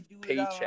paycheck